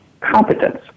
competence